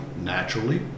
naturally